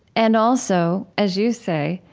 and also, as you say,